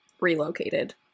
relocated